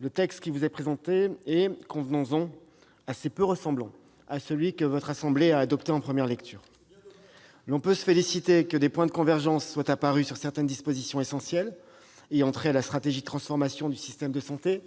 le texte qui vous est présenté est assez peu ressemblant à celui que votre assemblée a adopté en première lecture. C'est bien dommage ! L'on peut se féliciter que des points de convergence soient apparus sur certaines dispositions essentielles, ayant trait à la stratégie de transformation du système de santé